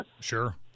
Sure